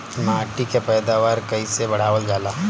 माटी के पैदावार कईसे बढ़ावल जाला?